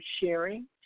sharing